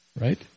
right